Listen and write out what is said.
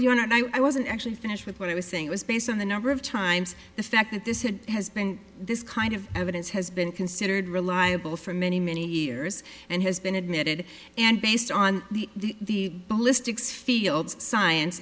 you're not i wasn't actually finished with what i was saying it was based on the number of times the fact that this had has been this kind of evidence has been considered reliable for many many years and has been admitted and based on the ballistics fields science